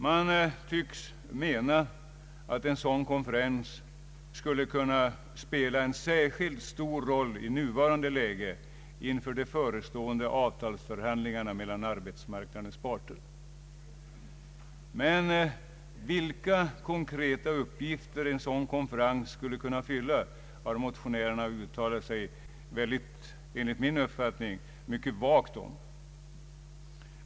Man tycks mena att en sådan konferens skulle kunna spela en stor roll i nuvarande läge inför de förestående avtalsförhandlingarna mellan arbetsmarknadens parter. Men vilka konkreta uppgifter en sådan konferens skulle kunna fylla har motionärerna enligt min uppfattning uttalat sig mycket vagt om.